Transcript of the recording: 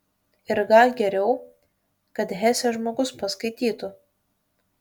ir gal geriau kad hesę žmogus paskaitytų